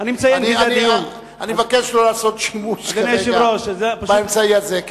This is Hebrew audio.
אני מבקש לא לעשות שימוש כרגע באמצעי הזה.